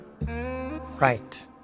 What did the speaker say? Right